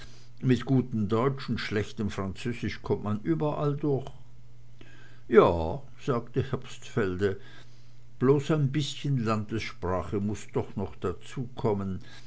mit gutem deutsch und schlechtem französisch kommt man überall durch ja sagte herbstfelde bloß ein bißchen landessprache muß doch noch